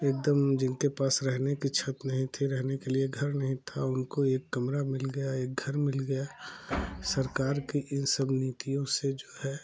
एक दम जिनके पास रहने की छत नहीं थी रहने के लिए घर नहीं था उनको एक कमरा मिल गया एक घर मिल गया सरकार की इन सब नीतियों से जो है